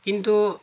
কিন্তু